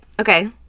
Okay